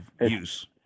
use